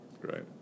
right